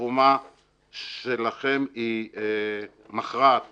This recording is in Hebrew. שהתרומה שלכם היא מכרעת